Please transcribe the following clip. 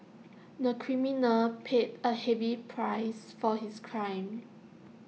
the criminal paid A heavy price for his crime